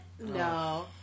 no